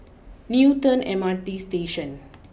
Newton M R T Station